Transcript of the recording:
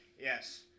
Yes